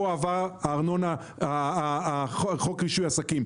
פה עבר חוק רישוי עסקים.